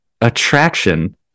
attraction